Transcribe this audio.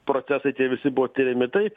procesai tie visi buvo tiriami tai